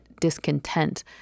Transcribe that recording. discontent